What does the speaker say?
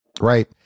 Right